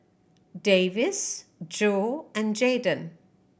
Davis Jo and Jadon